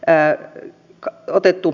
ääretön kartoitettu